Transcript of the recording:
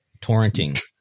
torrenting